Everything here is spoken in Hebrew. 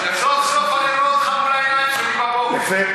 סוף-סוף אני רואה אותך מול העיניים שלי בבוקר.